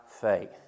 faith